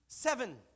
Seven